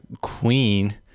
Queen